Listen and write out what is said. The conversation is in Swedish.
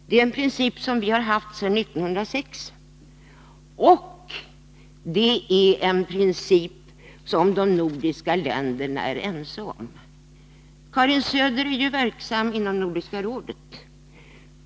Det är en princip som vi har haft sedan 1906, och det är en princip som de nordiska länderna är ense om. Karin Söder är ju verksam inom Nordiska rådet.